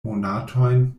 monatojn